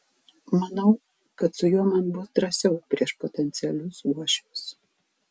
manau kad su juo man bus drąsiau prieš potencialius uošvius